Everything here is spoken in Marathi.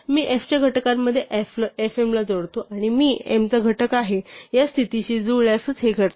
मी f च्या घटकांमध्ये fm ला जोडतो आणि मी m चा घटक आहे या स्थितीशी जुळल्यासच हे घडते